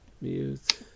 mute